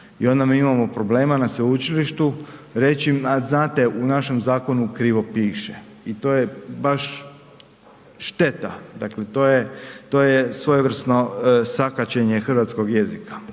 i onda mi imamo problema na sveučilištu reći a znate u našem zakonu krivo piše i to je baš šteta, dakle to je svojevrsno sakaćenje hrvatskog jezika